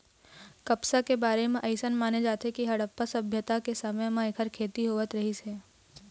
कपसा के बारे म अइसन माने जाथे के हड़प्पा सभ्यता के समे म एखर खेती होवत रहिस हे